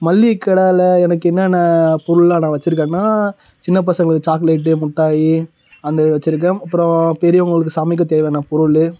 மளிகைக் கடைல எனக்கு என்னன்ன பொருள்லாம் நான் வச்சுருக்கேன்னா சின்னப் பசங்களுக்கு சாக்லெட்டு முட்டாயி அந்த இது வச்சுருக்கேன் அப்புறம் பெரியவங்களுக்கு சமைக்கத் தேவையான பொருள்